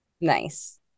Nice